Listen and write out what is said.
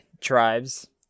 tribes